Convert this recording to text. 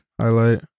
highlight